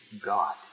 God